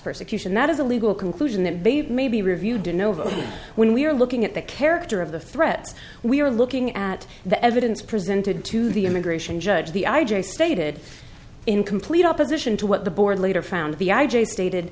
persecution that is a legal conclusion that they may be reviewed in november when we are looking at the character of the threats we are looking at the evidence presented to the immigration judge the i j a stated in complete opposition to what the board later found the i j a stated